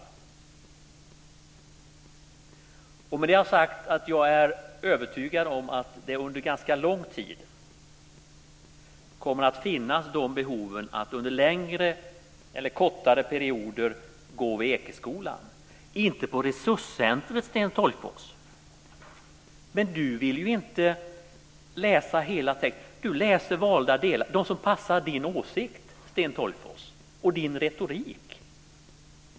Med detta vill jag säga att jag är övertygad om att det under en ganska lång tid kommer att finnas behov av att under längre eller kortare perioder gå på Ekeskolan - inte på resurscentret, Sten Tolgfors! Sten Tolgfors vill inte läsa hela texten, utan han läser valda delar som passar hans åsikt och hans retorik.